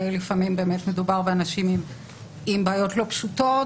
לפעמים מדובר באנשים עם בעיות לא פשוטות,